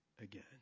again